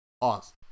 awesome